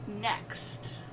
Next